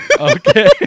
Okay